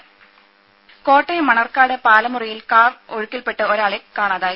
ദേദ കോട്ടയം മണർകാട് പാലമുറിയിൽ കാർ ഒഴുക്കിൽ പെട്ട് ഒരാളെ കാണാതായി